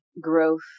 growth